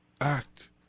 act